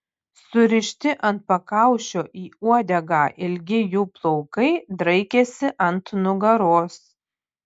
surišti ant pakaušio į uodegą ilgi jų plaukai draikėsi ant nugaros